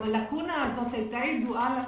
הלקונה הזאת הייתה ידועה לכם,